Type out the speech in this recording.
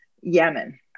Yemen